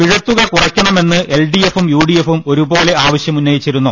പിഴത്തുക കുറയ്ക്കണമെന്ന് എൽഡിഎഫും യുഡിഎഫും ഒരുപോലെ ആവശ്യമുന്നയിച്ചിരുന്നു